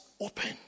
open